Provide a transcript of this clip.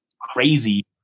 crazy